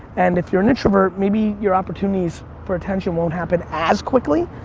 and if you're an introvert, maybe your opportunities for attention won't happen as quickly,